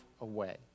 away